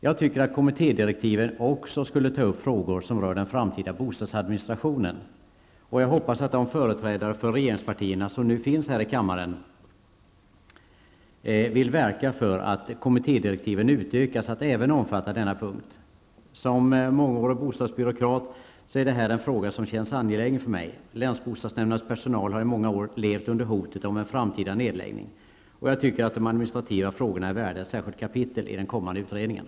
Jag tycker att kommittédirektiven också skulle ta upp frågor som rör den framtida bostadsadministrationen, och jag hoppas att de företrädare för regeringspartierna som nu finns här i kammaren vill verka för att direktiven utökas att även omfatta denna punkt. Som mångårig bostadsbyråkrat finner jag den här frågan mycket angelägen. Länsbostadsnämndernas personal har i många år levt under hotet av en framtida nedläggning, och jag tycker att de administrativa frågorna är värda ett särskilt kapitel i den kommande utredningen.